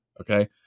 okay